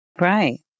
Right